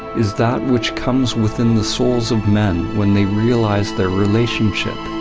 is that which comes within the souls of men when they realize their relationship,